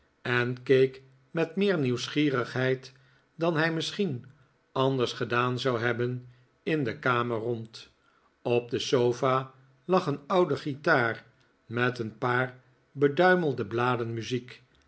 en keek met meer nieuwsgierigheid dan hij misschien anders gedaan zou hebben in de kamer rond op de sofa lag een oude guitaar met een paar beduimelde bladen muziek